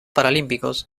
paralímpicos